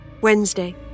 Wednesday